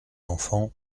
enfants